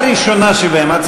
הראשונה שבהן,